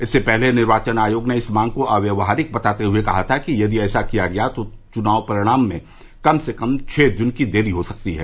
इससे पहले निर्वाचन आयोग ने इस मांग को अव्यावहारिक बताते हुए कहा था कि यदि ऐसा किया गया तो चुनाव परिणाम में कम से कम छह दिन की देरी हो सकती है